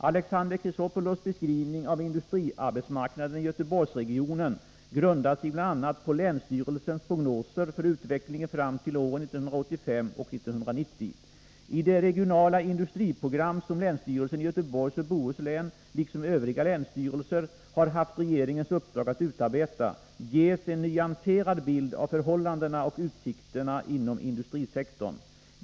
Alexander Chrisopoulos beskrivning av industriarbetsmarknaden i Göteborgsregionen grundar sig bl.a. på länsstyrelsens prognoser för utvecklingen fram till åren 1985 och 1990. I det regionala industriprogram som länsstyrelsen i Göteborgs och Bohus län, liksom övriga länsstyrelser, har haft regeringens uppdrag att utarbeta ges en nyanserad bild av förhållandena och utsikterna inom industrisektorn.